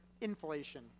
inflation